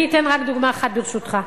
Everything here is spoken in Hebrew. אני אתן רק דוגמה אחת, ברשותך.